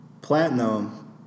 Platinum